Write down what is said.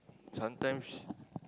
sometimes